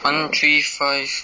one three five